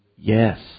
Yes